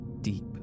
deep